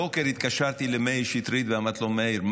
הבוקר התקשרתי למאיר שטרית ואמרתי לו: מאיר,